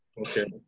Okay